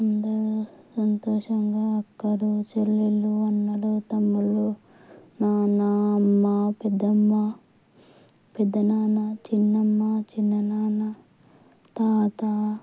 అందరూ సంతోషంగా అక్కలు చెల్లెళ్ళు అన్నలు తమ్ముళ్ళు నాన్న అమ్మ పెద్దమ్మ పెద్దనాన్న చిన్నమ్మ చిన్ననాన్న తాత